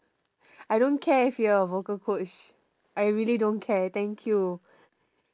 I don't care if you are a vocal coach I really don't care thank you